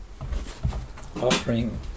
offering